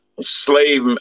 slave